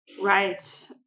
Right